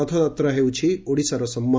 ରଥଯାତ୍ରା ହେଉଛି ଓଡିଶାର ସମ୍ମାନ